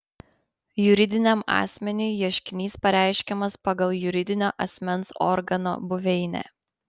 juridiniam asmeniui ieškinys pareiškiamas pagal juridinio asmens organo buveinę